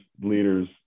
leaders